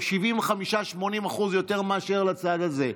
כ-75% 80% יותר מאשר לצד הזה.